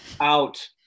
out